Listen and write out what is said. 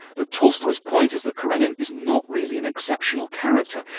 but tolstoy's point is that karenin is not really an exceptional character.